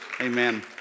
Amen